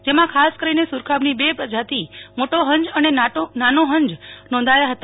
જેમાં ખાસ કરીને સુરખાબની બે પ્રજાતિ મોટો હંજ અને નાનો હંજ નોંધાયા હતા